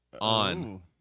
on